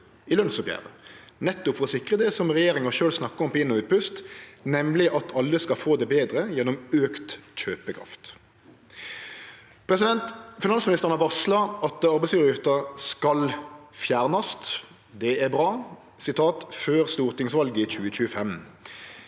i lønsoppgjeret, nettopp for å sikre det som regjeringa sjølv snakkar om på inn- og utpust, nemleg at alle skal få det betre gjennom auka kjøpekraft. Finansministeren har varsla at arbeidsgjevaravgifta skal fjernast – det er bra – før stortingsvalet i 2025.